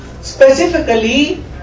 specifically